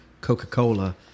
Coca-Cola